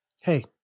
hey